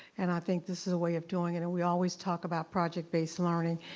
and i think this is a way of doing it, and we always talk about project-based learning,